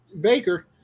Baker